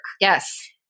Yes